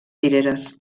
cireres